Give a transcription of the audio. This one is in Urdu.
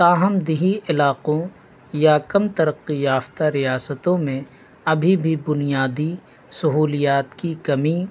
تاہم دیہی علاقوں یا کم ترقی یافتہ ریاستوں میں ابھی بھی بنیادی سہولیات کی کمی